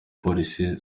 polisi